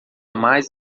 mais